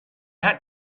had